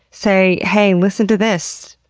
say, hey, listen to this